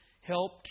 help